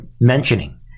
mentioning